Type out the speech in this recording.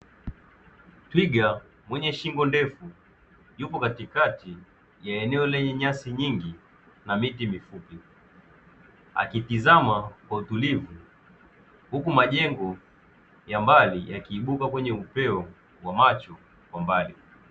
Twiga mwenye shingo ndefu yupo katikati ya eneo lenye nyasi nyingi na miti mifupi akitizama kwa utulivu, huku majengo ya mbali yakiibuka kwenye upeo wa macho kwa mbali.